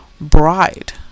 bride